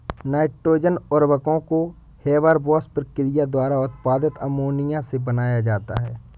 nitrogen उर्वरकों को Haber Bosch प्रक्रिया द्वारा उत्पादित अमोनिया से बनाया जाता है